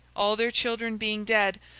all their children being dead,